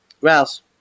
Rouse